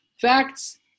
Facts